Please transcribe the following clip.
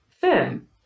firm